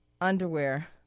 underwear